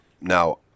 Now